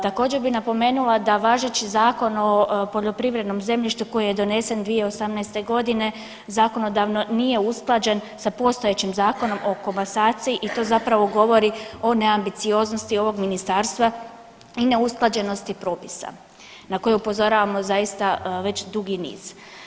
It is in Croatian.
Također bi napomenula da važeći Zakon o poljoprivrednom zemljištu koji je donesen 2018. godine zakonodavno nije usklađen sa postojećim Zakonom o komasaciji i to zapravo govori o neambicioznosti ovog ministarstva i neusklađenosti propisa na koje upozoravamo zaista već dugi niz.